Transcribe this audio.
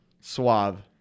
Suave